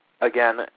Again